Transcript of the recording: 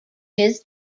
his